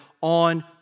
on